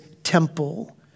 Temple